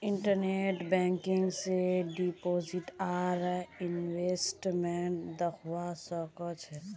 internet banking स deposit आर investment दख्वा स ख छ